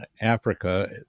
Africa